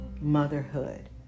motherhood